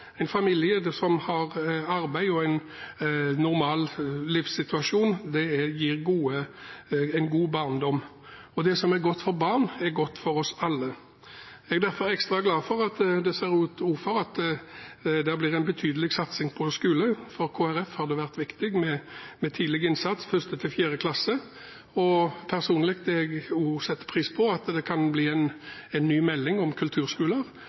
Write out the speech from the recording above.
En familie som har arbeid og en normal livssituasjon, gir en god barndom. Og det som er godt for barn, er godt for oss alle. Jeg er derfor ekstra glad for at det ser ut til at det blir en betydelig satsing på skolen. For Kristelig Folkeparti har det vært viktig med tidlig innsats i 1.–4. klasse, og personlig setter jeg også pris på at det kan bli en ny melding om kulturskoler,